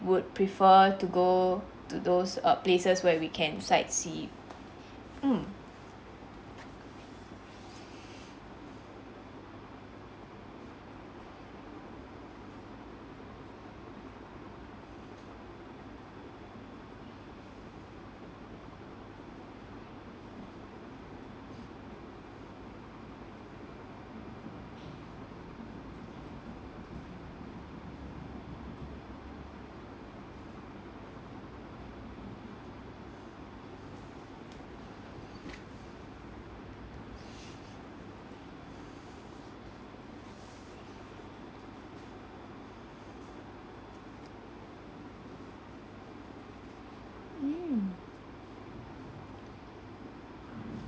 would prefer to go to those err places where we can sightsee mm mm